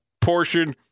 portion